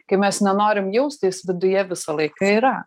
kai mes nenorim jaustis viduje visą laiką yra